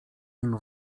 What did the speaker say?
nim